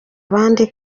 abandi